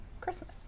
Christmas